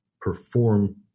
perform